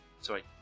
sorry